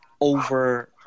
over –